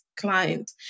Client